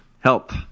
Help